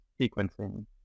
sequencing